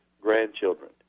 grandchildren